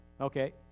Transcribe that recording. okay